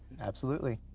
absolutely.